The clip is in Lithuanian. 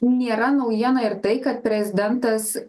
nėra naujiena ir tai kad prezidentas